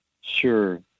Sure